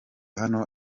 hano